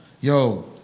yo